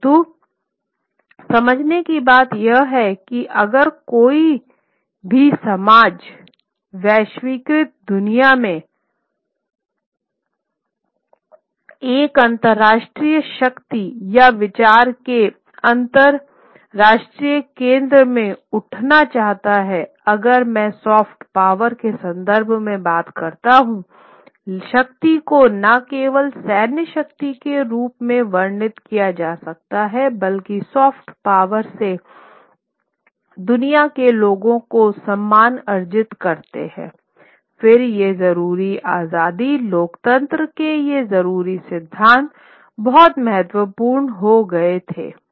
परंतु समझने की बात यह है कि अगर कोई भी समाज वैश्वीकृत दुनिया में एक अंतरराष्ट्रीय शक्ति या विचार के अंतरराष्ट्रीय केंद्र में उठना चाहता है अगर मैं सॉफ्ट पावर के संदर्भ में बात करता हूंशक्ति को न केवल सैन्य शक्ति के रूप में वर्णित किया जा सकता है बल्कि सॉफ्ट पावर से दुनिया के लोग में सम्मान अर्जित करते हैं फिर ये जरूरी आज़ादी लोकतंत्र के ये ज़रूरी सिद्धांत बहुत महत्वपूर्ण हो गया थे